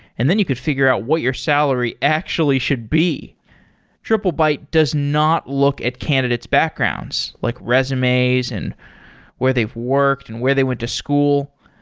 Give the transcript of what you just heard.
and then you could figure out what your salary actually should be triplebyte does not look at candidates' backgrounds, like resumes and where they've worked and where they went to school.